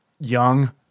young